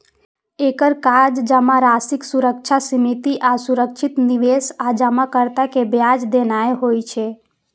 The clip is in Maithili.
एकर काज जमाराशिक सुरक्षा, सीमित आ सुरक्षित निवेश आ जमाकर्ता कें ब्याज देनाय होइ छै